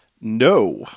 No